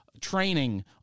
training